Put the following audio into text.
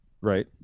Right